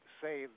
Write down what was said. say